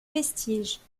vestiges